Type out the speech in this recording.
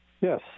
Yes